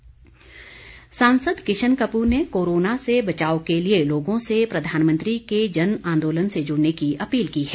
Kishan Kapoor appeal सांसद किशन कपूर ने corona से बचाव के लिये लोगों से प्रधानमंत्री के जन आन्दोलन से जुड़ने की अपील की है